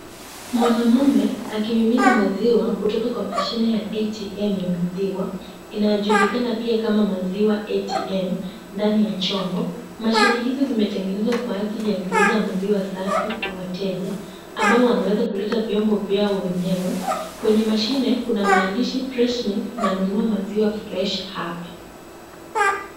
Mwanaume akimimini maziwa kutoka kwa mashine ya maziwa inayojulikana pia kama maziwa ya ATM ndani ya chombo. Mashine hizo zimetengenezwa kwa ajili ya kuuza maziwa safi kwa wateja ambao wanaeza kuleta vyombo vyao wenyewe . Kwenye mashine Kuna maandishi [c] press me[c] na "nunua maziwa freshi hapa."